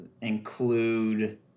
include